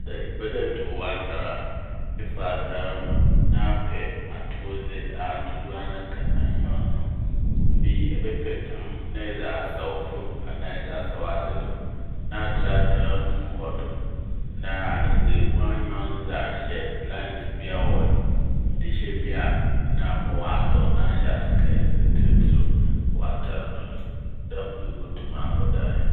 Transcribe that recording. Sɛ epɛ dɛ etow w'atar a efa atar no na apɛ atowdze a dodowara ka n' 'iron"no. Efei ebɛpɛ tam na edze asaw famu anaa edze asaw adze do na atra atar no mu wɔ do na edze wo "iron" no ahyɛ "light" bi a ɔwɔ hɔ n'. Edze hyɛ wie a na ama ɔadɔ na ahyɛ ase dɛ edze retsretsrew w'atar no do dɛm na ibotum afa do ayɛ.